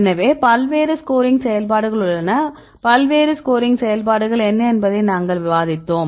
எனவே பல்வேறு ஸ்கோரிங் செயல்பாடுகள் உள்ளன பல்வேறு ஸ்கோரிங் செயல்பாடுகள் என்ன என்பதை நாங்கள் விவாதித்தோம்